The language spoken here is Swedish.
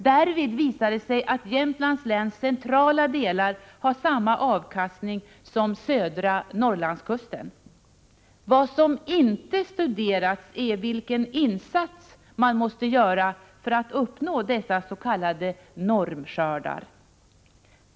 Därvid visar det sig att Jämtlands läns centrala delar har samma avkastning som södra Norrlandskusten. Vad som inte studerats är vilken insats man måste göra för att uppnå dessa s.k. normskördar.